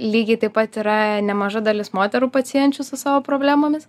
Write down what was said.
lygiai taip pat yra nemaža dalis moterų pacienčių su savo problemomis